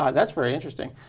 ah that's very interesting.